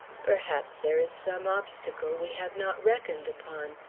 perhaps there is some obstacle we have not reckoned upon.